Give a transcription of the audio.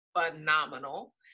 phenomenal